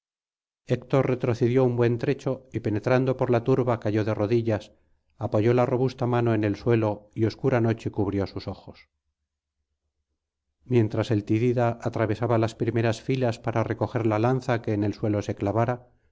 retrocedió un buen trecho y penetrando por la turba cayó de rodillas apoyó la robusta mano en el suelo y obscura noche cubrió sus ojos mientras el tidida atravesaba las primeras filas para recoger la lanza que en el suelo se clavara